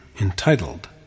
entitled